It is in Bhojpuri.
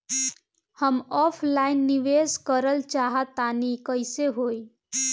हम ऑफलाइन निवेस करलऽ चाह तनि कइसे होई?